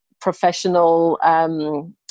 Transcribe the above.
professional